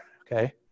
okay